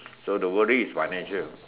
so the worry is financial